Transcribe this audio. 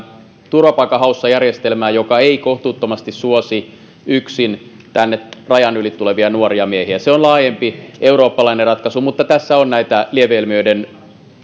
turvapaikanhaussa järjestelmään joka ei kohtuuttomasti suosi yksin tänne rajan yli tulevia nuoria miehiä se on laajempi eurooppalainen ratkaisu mutta tässä on väistämättömiä lieveilmiöiden